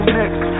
next